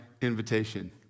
invitation